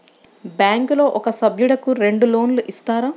బ్యాంకులో ఒక సభ్యుడకు రెండు లోన్లు ఇస్తారా?